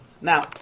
Now